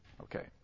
Okay